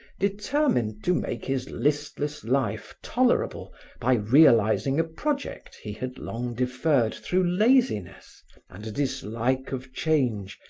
determined to make his listless life tolerable by realizing a project he had long deferred through laziness and a dislike of change,